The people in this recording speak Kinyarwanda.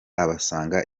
abasanga